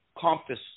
compass